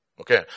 Okay